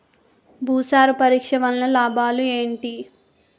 భూసార పరీక్ష వలన లాభాలు ఏంటి?